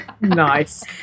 Nice